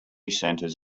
centers